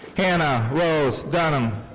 hannah rose dunam.